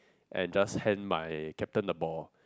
and just hand my captain the ball